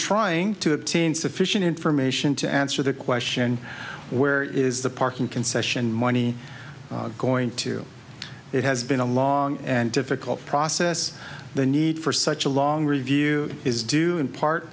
trying to obtain sufficient information to answer the question where is the parking concession money going to it has been a long and difficult process the need for such a long review is due in part